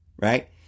right